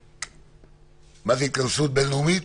מה זה התכנסות בין-לאומית?